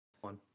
One